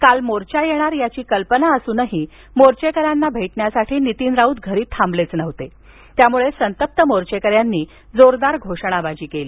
काल मोर्चा येणार याची कल्पना असुनही मोर्चेकन्याना भेटण्यासाठी नीतीन राऊत घरी थांबलेच नव्हते त्यामुळे संतप्त मोर्चेकर्यांनी जोरदार घोषणाबाजी केली